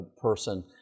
person